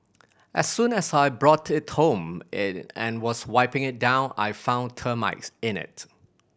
as soon as I brought it home and was wiping it down I found termites in it